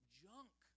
junk